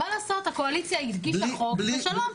מה לעשות, הקואליציה הגישה חוק, ושלום.